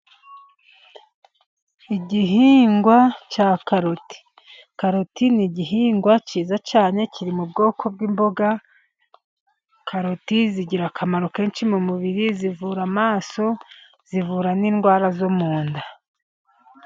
Igihingwa cya karoti. Karoti ni igihingwa cyiza cyane kiri mu bwoko bw'imboga, karoti zigira akamaro kenshi mu mubiri, zivura amaso, zivura n'indwara zo mu nda.